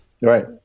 right